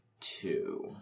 two